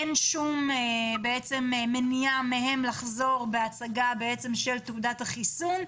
להם אין שום מניעה לחזור בהצגה של תעודת החיסון,